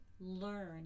learn